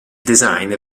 design